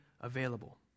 available